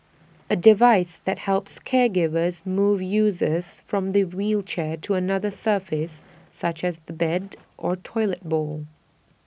A device that helps caregivers move users from the wheelchair to another surface such as the bed or toilet bowl